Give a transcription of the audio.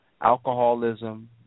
alcoholism